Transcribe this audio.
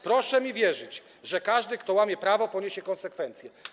Proszę mi wierzyć, że każdy, kto łamie prawo, poniesie konsekwencje.